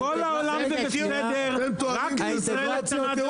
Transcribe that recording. לכל העולם זה בסדר רק לישראל לא?